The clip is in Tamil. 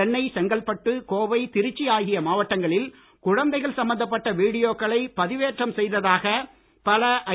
சென்னை செங்கல்பட்டு கோவை திருச்சி ஆகிய மாவட்டங்களில் குழந்தைகள் சம்பந்தப்பட் வீடியோக்களை பதிவேற்றம் செய்ததாக பல ஐ